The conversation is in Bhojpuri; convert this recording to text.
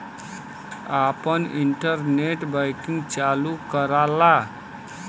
आपन इन्टरनेट बैंकिंग चालू कराला